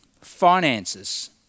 finances